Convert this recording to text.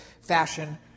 fashion